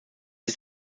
ist